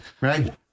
right